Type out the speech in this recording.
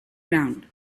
ground